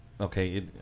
Okay